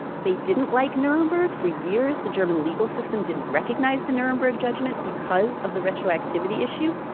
they didn't like nuremberg. for years, the german legal system didn't recognize the nuremberg judgment because of the retroactivity issue,